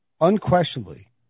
Unquestionably